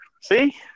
see